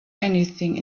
anything